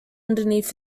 underneath